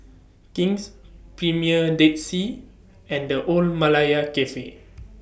King's Premier Dead Sea and The Old Malaya Cafe